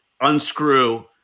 unscrew